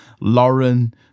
Lauren